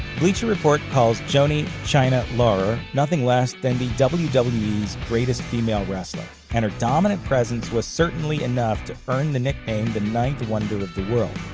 bleacher report calls joanie chyna laurer nothing less than the wwe's wwe's greatest female wrestler, and her dominant presence was certainly enough to earn the nickname the ninth wonder of the world.